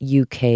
UK